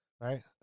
right